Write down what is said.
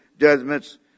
judgments